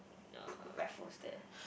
uh Raffles there